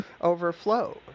overflow